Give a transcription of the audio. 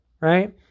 right